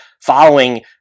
following